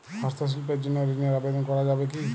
হস্তশিল্পের জন্য ঋনের আবেদন করা যাবে কি?